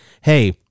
hey